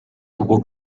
tuvo